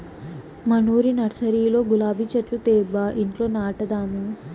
మనూరి నర్సరీలో గులాబీ చెట్లు తేబ్బా ఇంట్ల నాటదాము